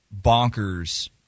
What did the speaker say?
bonkers